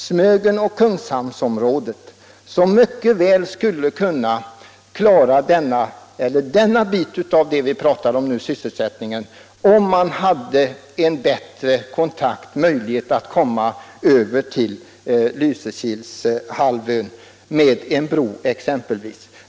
Smögenoch Kungshamnsområdet t.ex. skulle mycket väl kunna klara den bit vi nu pratar om, nämligen sysselsättningen, om man hade en bättre möjlighet att komma över till Lysekilshalvön via en bro.